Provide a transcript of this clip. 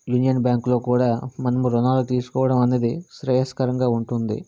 union బ్యాంక్లో కూడా మనము రుణాలు తీసుకోవడం అనేది శ్రేయస్కరంగా ఉంటుంది